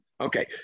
Okay